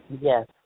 Yes